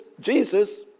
Jesus